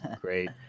great